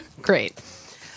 Great